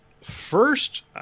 first